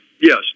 yes